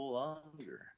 longer